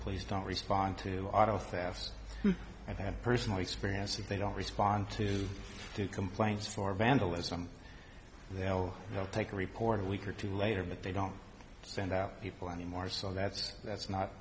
please don't respond to auto theft i've had personal experience if they don't respond to complaints or vandalism they'll take a reported week or two later but they don't send out people anymore so that's that's not